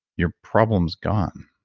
your problem's gone.